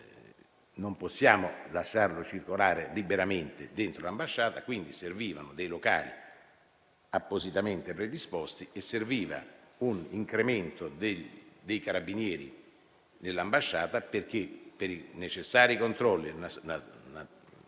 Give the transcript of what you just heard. non possiamo lasciarlo circolare liberamente dentro l'ambasciata. Quindi, servivano dei locali appositamente predisposti e serviva un incremento dei carabinieri nell'ambasciata per i necessari controlli e la